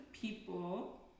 People